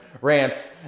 rants